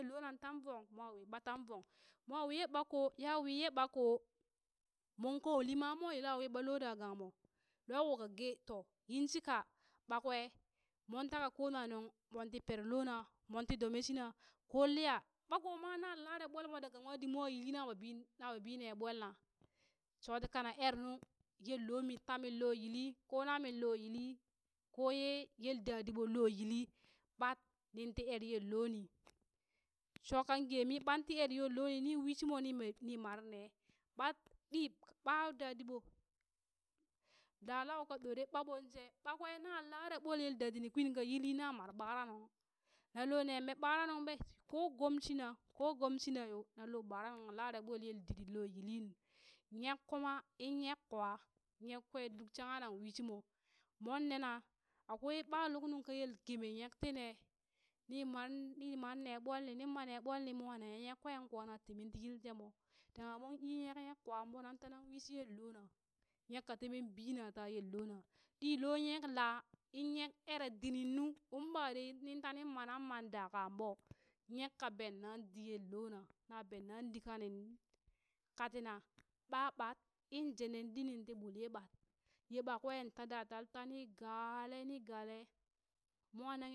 Lonang tan vong mwa wii ɓa tang vong mwa wii yee ɓako, ya wii yee ɓako moŋ ka uli ma mwa yila wii ɓat loo da gang moo lwaa ko ka gee too yin shika ɓa kwe moon taka kona nuŋ moon ti pere loona moon ti domee shina ɓat koo liya ɓat ko ma nan lare ɓol mo daga nywadit mon yili na barbi na berbi nee ɓolna shoti kana ere nu yelloo mi tami loo yili koo namii loo yili koo ye yeldadiɓoh loo yili, ɓat ninti eree yelloni shoo kan gee mii ɓat ti eree yelloni ni wii shi moo ni bw ni mare ne ɓat ɗi ɓat dadi ɓo da law ka ɗore ɓaɓo she ɓakwe na lare ɓol yel dadi ni kwin ka yili na mar ɓara nuŋ nan lo neeŋ ɓe ɓara nuŋ ɓe ko gom shina ko gom shina yoo nan lo ɓara nuŋ lare ɓol yel didi loo yili, nyek kuma in nyek kuwa, nyek kwe duk shangha nang wii shi mo, mon nena akwai ɓa luk nuŋka yel geme nyek tine ni mar nne ni mar ne ɓol ni, ni ma ne ɓol ni mwa nanghe nyek kwen kwa na temen ti yil jemo, dangha moŋ ii nyek, nyek kuwan ɓoo, nan tanan wi shi yellon, nyek ka timen biina taa yellona ɗi loo nyek laa, in nyek ere diniŋ nu mbadai nin tanin mananmad da kaaŋ ɓo, nyek ka benaŋ di yello na, na beneŋ di ka nin ka tina, ɓa ɓat, in jeneen ɗi nin ti ɓuli ye ɓat, ye ɓat kwa ta daa tal ta nin gaale ni gaale mwa